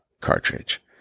cartridge